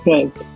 Right